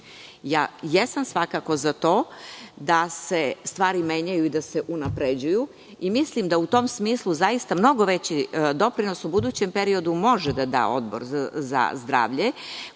jesam svakako za to da se stvari menjaju i da se unapređuju i mislim da u tom smislu zaista mnogo veći doprinos u budućem periodu može da da Odbor za zdravlje,